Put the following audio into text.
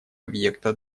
объекта